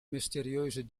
mysterieuze